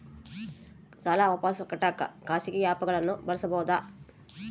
ಸಾಲ ವಾಪಸ್ ಕಟ್ಟಕ ಖಾಸಗಿ ಆ್ಯಪ್ ಗಳನ್ನ ಬಳಸಬಹದಾ?